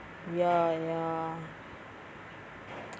ya ya